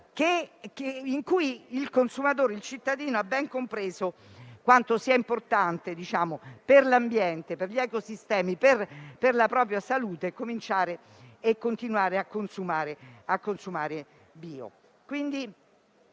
per cui il consumatore, il cittadino, ha ben compreso quanto sia importante per l'ambiente, per gli ecosistemi e per la propria salute cominciare o continuare a consumare bio.